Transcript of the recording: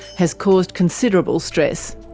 has caused considerable stress.